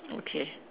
okay